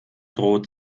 droht